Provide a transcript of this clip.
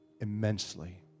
immensely